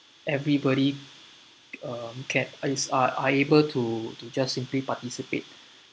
everybody uh ca~ is uh are able to to just simply participate